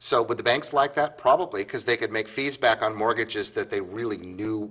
so with the banks like that probably because they could make fees back on mortgages that they really knew